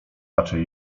raczej